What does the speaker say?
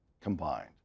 combined